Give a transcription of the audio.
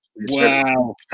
Wow